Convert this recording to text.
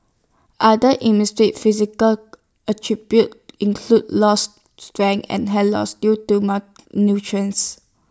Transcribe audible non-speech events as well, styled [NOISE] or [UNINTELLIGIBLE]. other industry physical attributes include lost strength and hair loss due to [UNINTELLIGIBLE]